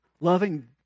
loving